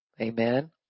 Amen